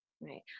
Right